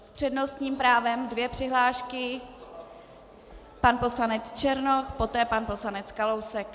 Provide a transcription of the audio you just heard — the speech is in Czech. S přednostním právem dvě přihlášky pan poslanec Černoch, poté pan poslanec Kalousek.